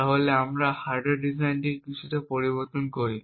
তাহলে আমরা hardware design কিছুটা পরিবর্তন করি